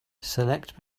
select